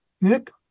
Nick